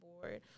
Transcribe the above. board